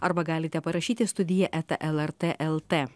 arba galite parašyti studija eta lrt lt